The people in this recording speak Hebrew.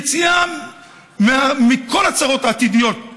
יציאה מכל הצרות העתידיות.